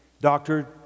doctor